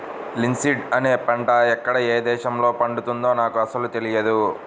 linseed అనే పంట ఎక్కడ ఏ దేశంలో పండుతుందో నాకు అసలు తెలియదు